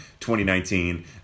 2019